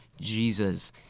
Jesus